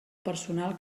personal